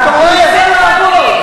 זה העולם.